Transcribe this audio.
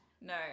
No